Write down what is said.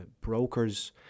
brokers